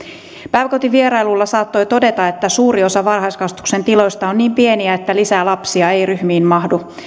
päiväkotivierailuilla saattoi todeta että suuri osa varhaiskasvatuksen tiloista on niin pieniä että lisää lapsia ei ryhmiin mahdu